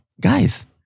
Guys